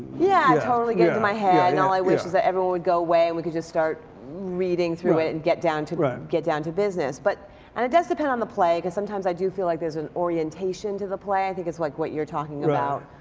yeah, i i totally get into my head. and all i wish is that everyone would go away and we could just start reading through it and get down to right. get down to business. but and it does depend on the play because sometimes i do feel like there's an orientation to the play. i think it's like what you're talking about.